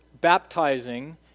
baptizing